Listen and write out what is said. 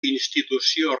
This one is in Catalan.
institució